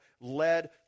led